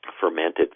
fermented